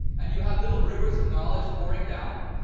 and you have little rivers of knowledge pouring down.